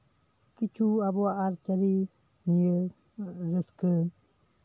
ᱠᱤᱪᱷᱩ ᱟᱵᱚᱣᱟᱜ ᱟᱹᱨᱤ ᱪᱟᱹᱞᱤ ᱱᱤᱭᱟᱹ ᱨᱟᱹᱥᱠᱟᱹ